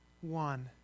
one